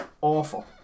awful